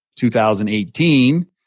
2018